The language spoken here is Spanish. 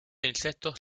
insectos